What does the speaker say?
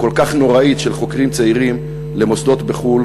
הכל-כך נוראית של חוקרים צעירים למוסדות בחו"ל,